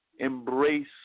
Embrace